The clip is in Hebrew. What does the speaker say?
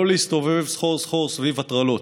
לא להסתובב סחור-סחור סביב הטרלות.